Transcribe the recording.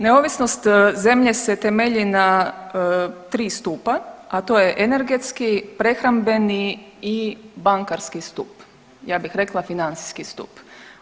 Neovisnost zemlje se temelji na tri stupa, a to je energetski, prehrambeni i bankarski stup, ja bih rekla financijski stup.